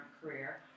career